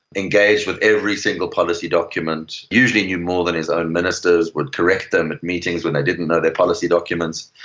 engaged with every single policy document, usually knew more than his own ministers, would correct them at meetings when they didn't know their policy documents,